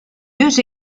deux